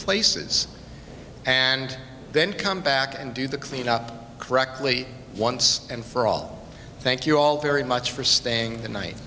places and then come back and do the cleanup correctly once and for all thank you all very much for staying the night